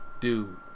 dude